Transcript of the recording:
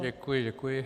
Děkuji, děkuji.